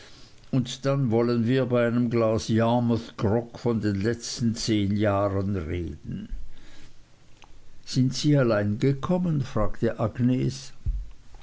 und dann wollen wir bei einem glas yarmouth grog von den letzten zehn jahren reden sind sie allein gekommen fragte agnes